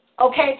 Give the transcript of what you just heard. Okay